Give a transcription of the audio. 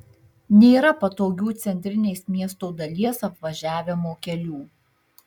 nėra patogių centrinės miesto dalies apvažiavimo kelių